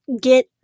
get